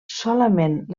solament